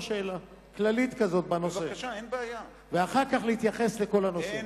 שאלה כללית בנושא ואחר כך להתייחס לכל הנושאים.